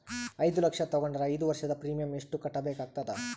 ಐದು ಲಕ್ಷ ತಗೊಂಡರ ಐದು ವರ್ಷದ ಪ್ರೀಮಿಯಂ ಎಷ್ಟು ಕಟ್ಟಬೇಕಾಗತದ?